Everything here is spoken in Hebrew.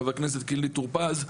חבר הכנסת קינלי טור פז,